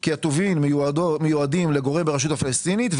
כי הטובין מיועדים לגורם ברשות הפלסטינית,